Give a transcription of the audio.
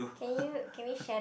can you can we share the